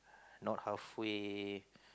not halfway